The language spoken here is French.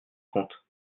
compte